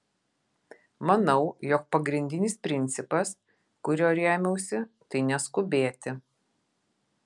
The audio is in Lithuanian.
manau jog pagrindinis principas kuriuo rėmiausi tai neskubėti